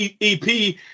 EP